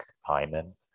Hyman